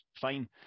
fine